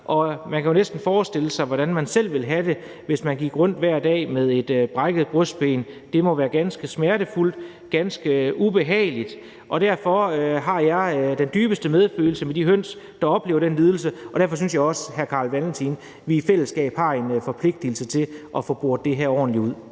i. Man kan jo næsten forestille sig, hvordan man selv ville have det, hvis man gik rundt hver dag med et brækket brystben. Det må være ganske smertefuldt og ganske ubehageligt. Derfor har jeg den dybeste medfølelse med de høns, der oplever den lidelse, og derfor synes jeg også, hr. Carl Valentin, at vi i fællesskab har en forpligtelse til at få boret det her ordentligt ud.